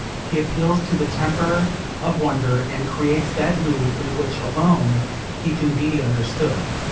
he appeals to the temper of wonder, and creates that mood in which alone he can be understood.